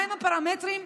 מהם הפרמטרים?